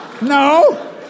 No